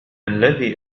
الذي